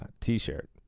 T-shirt